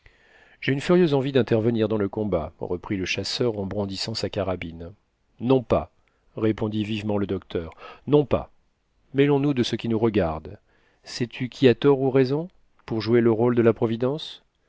j'ai une furieuse envie d'intervenir dans le combat reprit le chasseur en brandissant sa carabine non pas répondit vivement le docteur non pas mêlons nous de ce qui nous regarde sais-tu qui a tort ou raison pour jouer le rôle de la providence